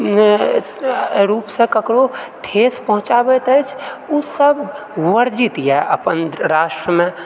रूपसँ ककरो ठेस पहुँचाबैत अछि ओ सब वर्जित यऽ अपन राष्ट्रमे